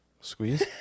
squeeze